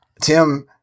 Tim